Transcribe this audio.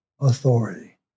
authority